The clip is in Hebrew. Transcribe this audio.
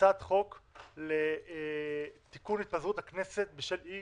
בהצעת חוק לתיקון התפזרות הכנסת בשל אי